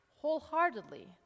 wholeheartedly